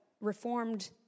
Reformed